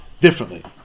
differently